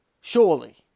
surely